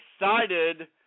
excited